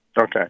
Okay